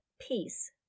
peace